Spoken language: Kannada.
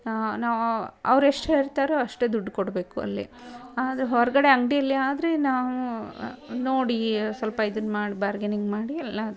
ನಾವು ಅವ್ರು ಎಷ್ಟು ಹೇಳ್ತಾರೋ ಅಷ್ಟೇ ದುಡ್ಡು ಕೊಡಬೇಕು ಅಲ್ಲಿ ಆದರೆ ಹೊರಗಡೆ ಅಂಗಡಿಯಲ್ಲಿ ಆದರೆ ನಾವು ನೋಡಿ ಸ್ವಲ್ಪ ಇದನ್ನು ಮಾಡಿ ಬಾರ್ಗೆನಿಂಗ್ ಮಾಡಿ ಎಲ್ಲ